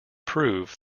prove